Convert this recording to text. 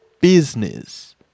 business